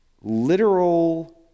literal